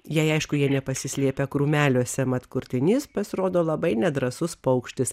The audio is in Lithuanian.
jei aišku jie nepasislėpę krūmeliuose mat kurtinys pasirodo labai nedrąsus paukštis